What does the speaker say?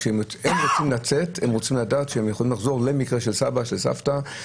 כשהם יוצאים הם רוצים לדעת שהם יוכלו לחזור למקרה של סבא או סבתא.